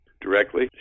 directly